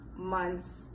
months